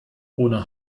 ohne